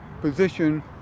position